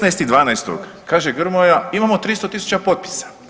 16.12. kaže Grmoja imamo 300 000 potpisa.